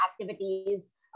activities